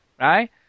right